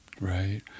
right